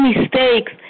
mistakes